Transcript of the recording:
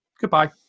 Goodbye